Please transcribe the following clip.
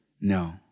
No